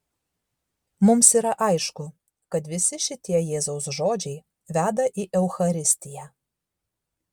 mums yra aišku kad visi šitie jėzaus žodžiai veda į eucharistiją